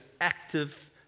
active